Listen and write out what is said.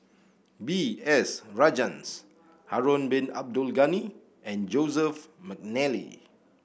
B S Rajhans Harun Bin Abdul Ghani and Joseph McNally